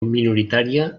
minoritària